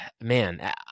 Man